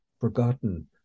forgotten